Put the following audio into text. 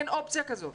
אין אופציה כזאת.